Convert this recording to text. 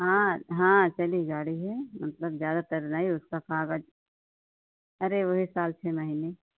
हाँ हाँ चली गाड़ी है मतलब ज़्यादातर नहीं उसका कागज़ अरे वही साल छह महीने साल